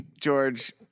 George